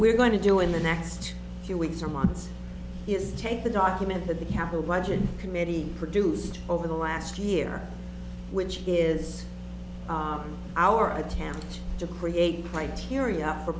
we're going to do in the next few weeks or months is take the document that the capital budget committee produced over the last year which is our attempt to create criteria for